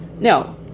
no